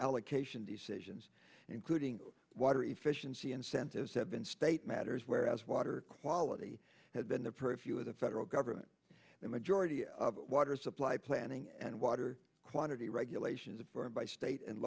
allocation decisions including water efficiency incentives have been state matters whereas water quality has been the purview of the federal government the majority of water supply planning and water quantity regulations of burned by state and